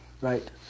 right